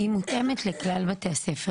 היא מותאמת לכלל בתי הספר,